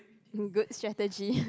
good strategy